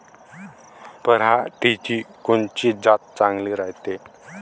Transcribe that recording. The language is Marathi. पऱ्हाटीची कोनची जात चांगली रायते?